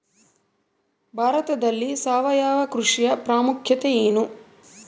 ಭಾರತದಲ್ಲಿ ಸಾವಯವ ಕೃಷಿಯ ಪ್ರಾಮುಖ್ಯತೆ ಎನು?